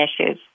issues